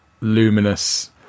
luminous